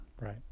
right